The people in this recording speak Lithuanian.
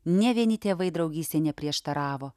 nė vieni tėvai draugystei neprieštaravo